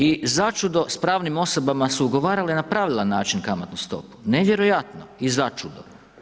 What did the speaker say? I začudo s pravnim osobama su ugovarale na pravilan način kamatnu stopu, nevjerojatno i začudo.